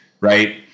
right